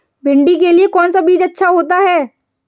भिंडी के लिए कौन सा बीज अच्छा होता है?